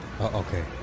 Okay